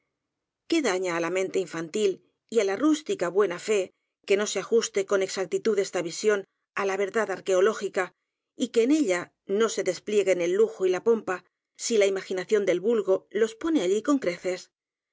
qué daña á la mente infantil y á la rústica buena fe que no se ajuste con exactitud esta visión á la verdad arqueológica y que en ella no se desplie guen el lujo y la pompa si la imaginación del vul go los pone allí con creces